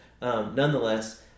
Nonetheless